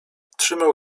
trzymał